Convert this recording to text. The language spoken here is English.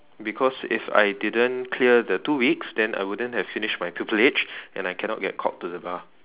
because if I didn't clear the two weeks then I wouldn't have finish my pupilage and I cannot get called to the bar